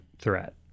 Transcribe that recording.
threat